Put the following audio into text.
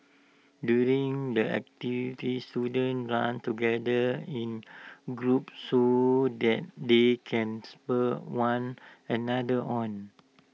during the activity students run together in groups so that they can spur one another on